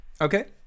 okay